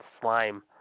slime